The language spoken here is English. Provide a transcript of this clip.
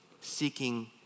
seeking